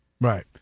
Right